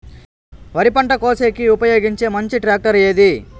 వరి పంట కోసేకి ఉపయోగించే మంచి టాక్టర్ ఏది?